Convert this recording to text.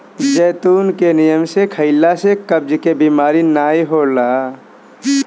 जैतून के नियम से खइला से कब्ज के बेमारी नाइ होला